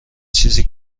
چیزی